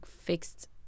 fixed